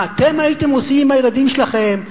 מה אתם הייתם עושים אם הילדים שלכם,